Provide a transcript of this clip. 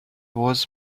was